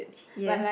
yes